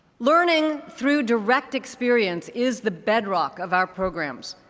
learning through direct experience is the bedrock of our programs.